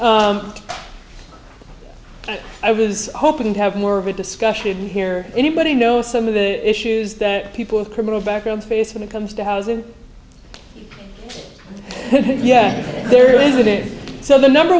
and i was hoping to have more of a discussion here anybody know some of the issues that people with criminal backgrounds face when it comes to housing yes there is it is so the number